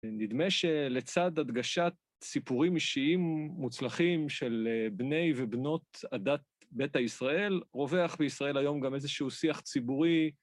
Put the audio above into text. נדמה שלצד הדגשת סיפורים אישיים מוצלחים של בני ובנות הדת ביתא ישראל, רווח בישראל היום גם איזשהו שיח ציבורי,